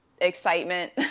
excitement